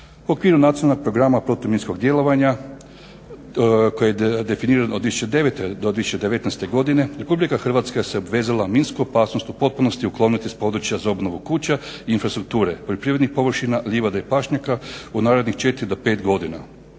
U okviru Nacionalnog programa protuminskog djelovanja koje je definirano od 2009. do 2019. godine RH se obvezala minsku opasnost u potpunosti ukloniti s područja za obnovu kuća i infrastrukture, poljoprivrednih površina, livada i pašnjaka u narednih 4 do 5 godina